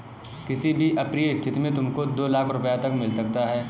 किसी भी अप्रिय स्थिति में तुमको दो लाख़ रूपया तक मिल सकता है